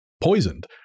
poisoned